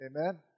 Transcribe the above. Amen